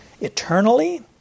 eternally